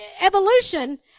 Evolution